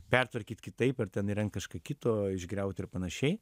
pertvarkyt kitaip ar ten įrengt kažką kito išgriauti ir panašiai